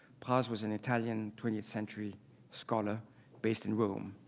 praz was an italian twentieth century scholar based in rome.